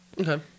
Okay